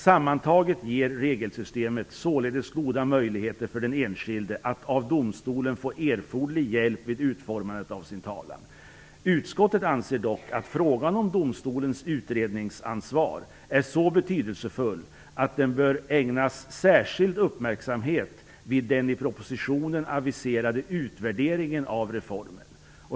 Sammantaget ger regelsystemet således goda möjligheter för den enskilde att av domstolen få erforderlig hjälp vid utformandet av sin talan. Utskottet anser dock att frågan om domstolens utredningsansvar är så betydelsefull att den bör ägnas särskild uppmärksamhet vid den i propositionen aviserade utvärderingen av reformen.